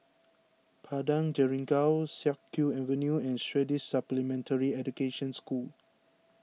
Padang Jeringau Siak Kew Avenue and Swedish Supplementary Education School